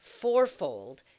fourfold